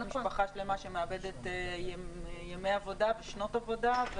משפחה שלמה שמאבדת ימי עבודה ושנות עבודה,